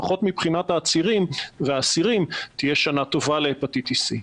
לפחות מבחינת העצירים והאסירים תהיה שנה טובה להפטיטיס סי.